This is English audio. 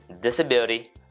disability